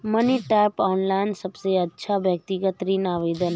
money tap, online सबसे अच्छा व्यक्तिगत ऋण आवेदन है